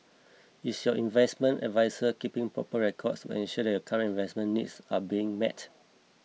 is your investment adviser keeping proper records to ensure that your current investment needs are being met